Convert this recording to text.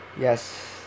Yes